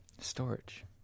Storage